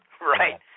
Right